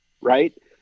right